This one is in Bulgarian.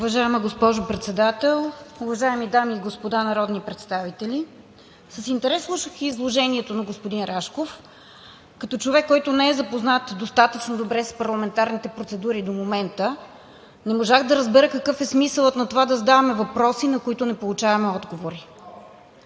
Уважаема госпожо Председател, уважаеми дами и господа народни представители! С интерес слушах изложението на господин Рашков. Като човек, който не е запознат достатъчно добре с парламентарните процедури до момента, не можах да разбера какъв е смисълът на това да задаваме въпроси, на които не получаваме отговори?